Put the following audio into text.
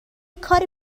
کاری